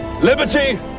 liberty